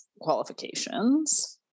qualifications